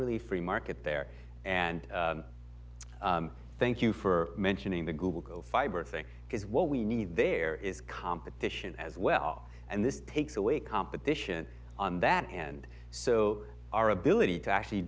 really free market there and thank you for mentioning the google fiber thing because what we need there is competition as well and this takes away competition on that and so our ability to actually